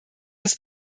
das